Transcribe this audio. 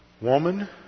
Woman